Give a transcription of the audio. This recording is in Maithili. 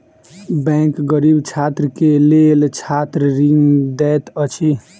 बैंक गरीब छात्र के लेल छात्र ऋण दैत अछि